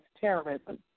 terrorism